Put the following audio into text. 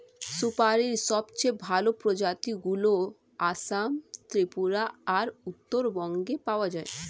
সুপারীর সবচেয়ে ভালো প্রজাতিগুলো আসাম, ত্রিপুরা আর উত্তরবঙ্গে পাওয়া যায়